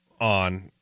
on